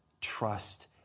Trust